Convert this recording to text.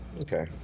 Okay